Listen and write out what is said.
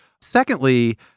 Secondly